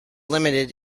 limited